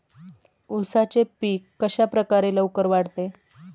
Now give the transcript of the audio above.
उसाचे पीक कशाप्रकारे लवकर वाढते?